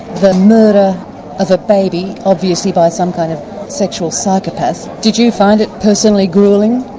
the murder of a baby obviously by some kind of sexual psychopath did you find it personally gruelling?